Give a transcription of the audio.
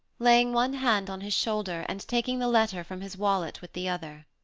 laying one hand on his shoulder, and taking the letter from his wallet with the other.